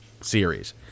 series